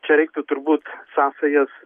čia reiktų turbūt sąsajas